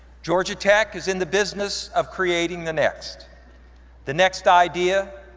georgia tech is in the business of creating the next the next idea,